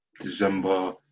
December